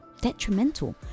detrimental